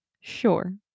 sure